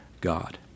God